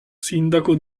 sindaco